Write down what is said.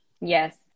Yes